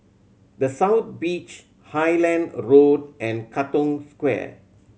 The South Beach Highland Road and Katong Square